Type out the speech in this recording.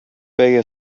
beja